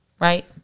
right